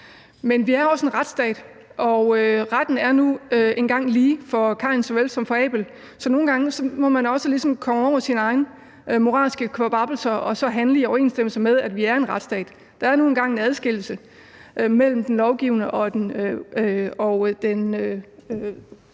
Men vi er også en retsstat, og loven er nu engang lige for såvel Loke som Thor, så nogle gange må man også ligesom komme over sine egne moralske kvababbelser og handle i overensstemmelse med, at vi er en retsstat. Der er nu engang en adskillelse mellem den lovgivende og den